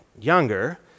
younger